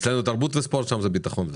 תרבות וספורט שם זה ביטחון וספורט.